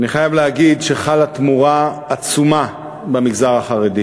אני חייב להגיד שחלה תמורה עצומה במגזר החרדי.